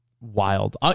wild